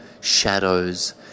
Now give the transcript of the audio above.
shadows